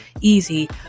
easy